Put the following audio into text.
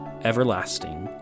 everlasting